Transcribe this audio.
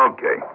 Okay